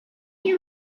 you